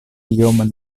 iom